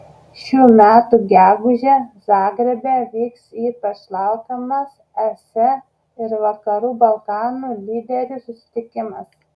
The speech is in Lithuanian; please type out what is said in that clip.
šių metų gegužę zagrebe vyks ypač laukiamas es ir vakarų balkanų lyderių susitikimas